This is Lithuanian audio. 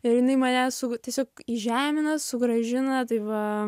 ir jinai mane tiesiog įžemina sugrąžina tai va